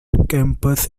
campus